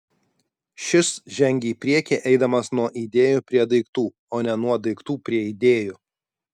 šis žengia į priekį eidamas nuo idėjų prie daiktų o ne nuo daiktų prie idėjų